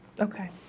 Okay